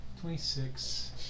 twenty-six